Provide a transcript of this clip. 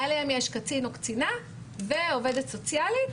מעליהם יש קצין או קצינה ועובדת סוציאלית,